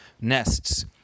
nests